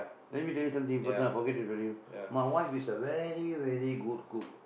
let me tell you something இப்பதான்:ippathaan I forget to tell you my wife is a very very good cook